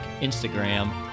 Instagram